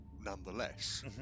nonetheless